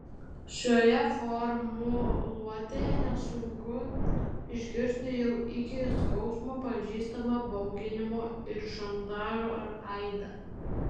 šioje formuluotėje nesunku išgirsti jau iki skausmo pažįstamą bauginimo ir šantažo aidą